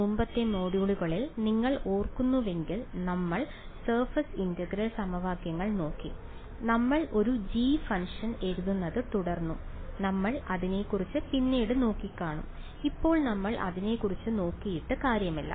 മുമ്പത്തെ മൊഡ്യൂളുകളിൽ നിങ്ങൾ ഓർക്കുന്നുവെങ്കിൽ നമ്മൾ സർഫസ് ഇന്റഗ്രൽ സമവാക്യങ്ങൾ നോക്കി നമ്മൾ ഒരു g ഫംഗ്ഷൻ എഴുതുന്നത് തുടർന്നു നമ്മൾ അതിനെക്കുറിച്ച് പിന്നീട് നോക്കിക്കാണും ഇപ്പോൾ നമ്മൾ അതിനെക്കുറിച്ച് നോക്കിയിട്ട് കാര്യമില്ല